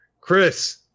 Chris